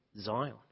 Zion